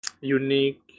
unique